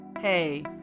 Hey